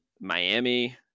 miami